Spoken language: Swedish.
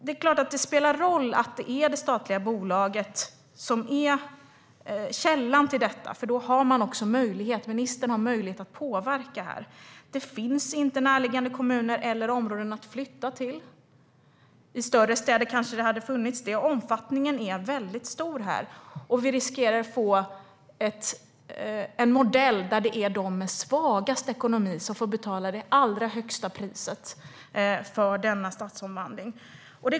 Det är klart att det spelar roll att det är det statliga bolaget som är källan till detta, för ministern har möjlighet att påverka. Det finns inte närliggande kommuner eller områden att flytta till. I större städer hade det kanske funnits det. Omfattningen är mycket stor här, och vi riskerar att få en modell där det är de med svagast ekonomi som får betala det allra högsta priset för denna stadsomvandling.